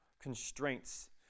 constraints